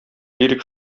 лирик